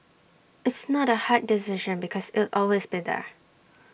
it's not A hard decision because it'll always be there